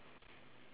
okay